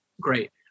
great